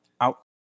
out